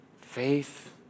faith